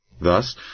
Thus